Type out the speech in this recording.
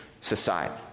society